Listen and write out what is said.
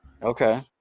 Okay